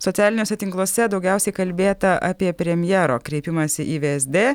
socialiniuose tinkluose daugiausiai kalbėta apie premjero kreipimąsi į vsd